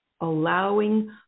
allowing